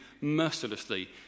mercilessly